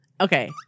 Okay